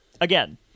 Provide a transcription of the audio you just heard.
again